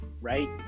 right